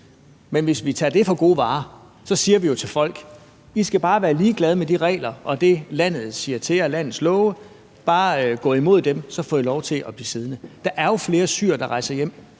Men hvis vi tager det for gode varer, siger vi jo til folk: I skal bare være ligeglade med de regler og det, landet siger til jer, og landets love, bare gå imod dem, så får I lov til at blive siddende. Der er jo flere syrere, der rejser hjem